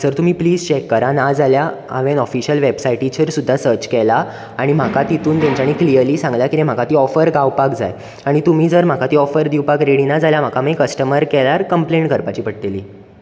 sir तुमी please check करात नाजाल्याक हांवेन ऑफिशल वेबसायटीचेर सुद्दां सर्च केलां आनी म्हाका तितूंत तेंच्यानी क्लिअर्ली सांगलां की म्हाका ती ऑफर गावपाक जाय आनी तुमी जर म्हाका ती ऑफर दिवपाक रॅडी ना जाल्यार म्हाका मागीर कश्टमर कॅरार कंप्लेन करपाची पडटली